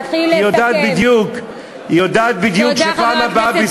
היא יודעת שבפעם הבאה בזכות זה יבחרו בה.